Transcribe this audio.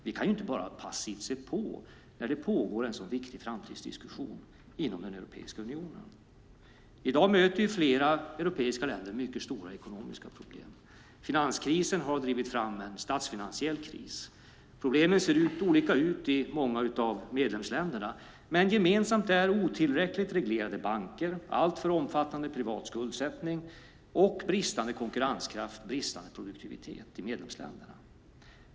Vi kan inte bara passivt se på när det pågår en så viktig framtidsdiskussion inom Europeiska unionen. I dag möter flera europeiska länder mycket stora ekonomiska problem. Finanskrisen har drivit fram en statsfinansiell kris. Problemen ser olika ut i många av medlemsländerna, men gemensamt är otillräckligt reglerade banker, alltför omfattande privat skuldsättning och bristande konkurrenskraft, bristande produktivitet i medlemsländerna.